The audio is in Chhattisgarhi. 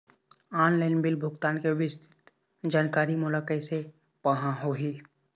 ऑनलाइन बिल भुगतान के विस्तृत जानकारी मोला कैसे पाहां होही?